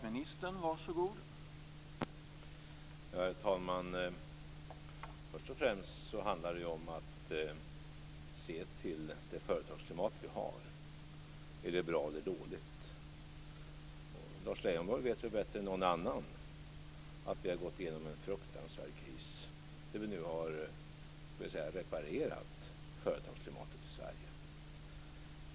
Herr talman! Först och främst handlar det ju om att se till om det företagsklimat som vi har är bra eller dåligt. Lars Leijonborg vet ju bättre än någon annan att vi har gått igenom en fruktansvärd kris och att vi nu har återställt företagsklimatet i Sverige.